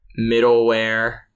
middleware